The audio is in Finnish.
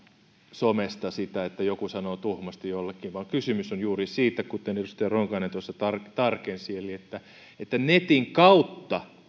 somesta sitä että joku sanoo tuhmasti jollekin vaan kysymys on juuri siitä kuten edustaja ronkainen tuossa tarkensi että että netin kautta